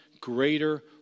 greater